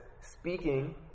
speaking